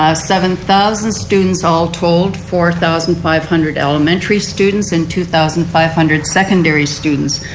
ah seven thousand students all tolled four thousand five hundred elementary students and two thousand five hundred secondary students.